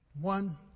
One